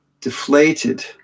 deflated